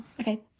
Okay